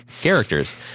characters